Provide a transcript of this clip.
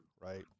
right